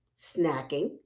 snacking